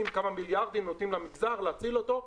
כמה מיליארדים נותנים למגזר להציל אותו.